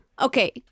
Okay